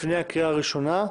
לפני הקריאה הראשונה.